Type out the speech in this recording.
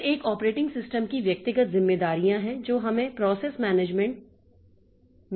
फिर एक operating system की व्यक्तिगत जिम्मेदारियां है जो हमें प्रोसेस मैनेजमेंट मिल गई हैं